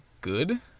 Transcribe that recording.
good